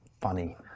funny